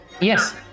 Yes